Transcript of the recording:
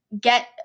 get